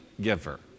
giver